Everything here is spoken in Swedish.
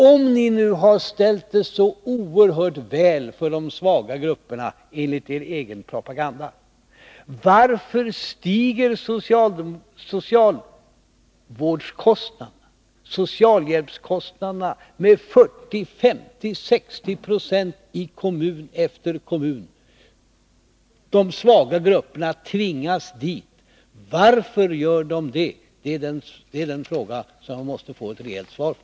Om ni nu har ställt det så oerhört väl för de svaga grupperna, enligt er egen propaganda, varför stiger socialhjälpskostnaderna med 40, 50, 60 70 i kommun efter kommun? De svaga grupperna tvingas till socialhjälpen. Varför gör de det? Det är den fråga som vi måste få ett rejält svar på.